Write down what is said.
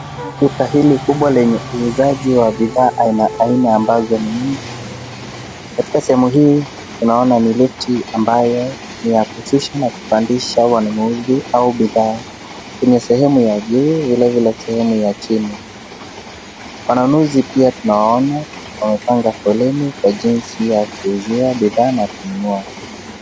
Duka hili kubwa lenye uuzaji wa bidhaa aina ambazo ni mingi, katika sehemu hii unaona ni lifti ambayo ni ya kushusha na kupandisha wanunuzi au bidhaa kwenye sehemu ya juu vile vile sehemu ya chini. Wanunuzi pia tunawaona wamepanga foleni kwa jinsi ya kuuziwa bidhaa na kununua.